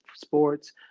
sports